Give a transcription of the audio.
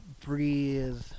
breathe